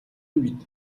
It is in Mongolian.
үед